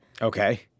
Okay